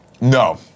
No